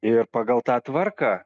ir pagal tą tvarką